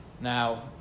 Now